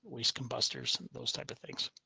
waste combustors those type of things